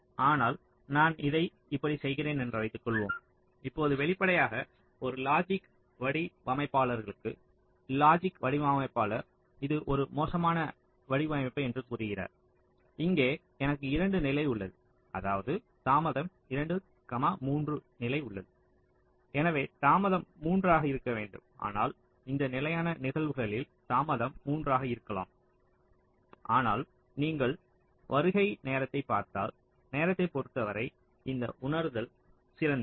ஆனால் நான் இதை இப்படி செய்கிறேன் என்று வைத்துக்கொள்வோம் இப்போது வெளிப்படையாக ஒரு லாஜிக் வடிவமைப்பாளருக்கு லாஜிக் வடிவமைப்பாளர் இது ஒரு மோசமான வடிவமைப்பு என்று கூறுகிறார் இங்கே எனக்கு 2 நிலை உள்ளது அதாவது தாமதம் 2 3 நிலை உள்ளது எனவே தாமதம் மூன்று ஆக இருக்க வேண்டும் ஆனால் இந்த நிலையான நிகழ்வுகளில் தாமதம் 3 ஆக இருக்கலாம் ஆனால் நீங்கள் வருகை நேரத்தைப் பார்த்தால் நேரத்தைப் பொறுத்தவரை இந்த உணர்தல் சிறந்தது